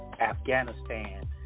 Afghanistan